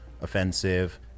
offensive